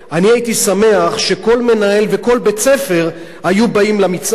אני הייתי שמח שכל מנהל וכל בית-ספר היו באים למצעד,